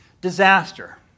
disaster